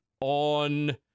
on